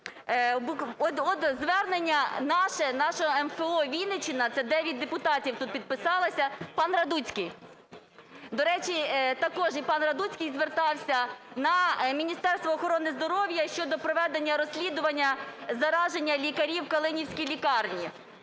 От звернення наше, нашого МФО "Вінниччина", це 9 депутатів тут підписалися. Пан Радуцький, до речі, також і пан Радуцький звертався на Міністерство охорони здоров'я щодо проведення розслідування зараження лікарів у калинівській лікарні.